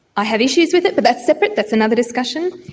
i have issues with it but that's separate, that's another discussion.